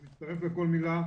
אני מצטרף לכל מילה.